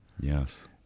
Yes